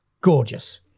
gorgeous